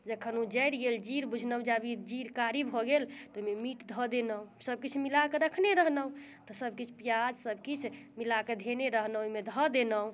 जखन ओ जरि गेल जीर बुझलहुँ जे आब ई जीर कारी भऽ गेल तऽ ओहिमे मीट धऽ देलहुँ सबकिछु मिला कऽ रखने रहलहुँ तऽ सबकिछु पियाज सबकिछु मिलाके धयने रहलहुँ ओहिमे धऽ देलहुँ